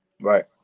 Right